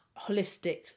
holistic